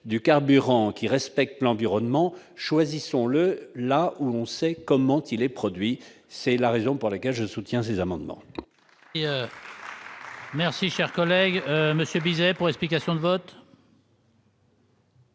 du carburant qui respecte l'environnement, choisissons le là où on sait comment il est produit, c'est la raison pour laquelle je soutiens ces amendements. Et merci, cher collègue, Monsieur Bizet pour explication de vote.